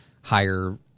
higher